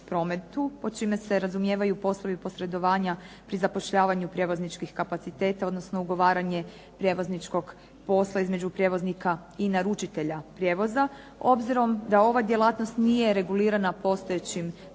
po čime se razumijevaju poslovi posredovanja pri zapošljavanju prijevozničkih kapaciteta, odnosno ugovaranje prijevozničkog posla između prijevoznika i naručitelja prijevoza. Obzirom da ova djelatnost nije regulirana postojećim propisima